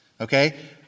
okay